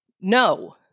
No